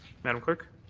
madam clerk